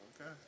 Okay